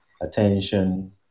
attention